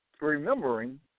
Remembering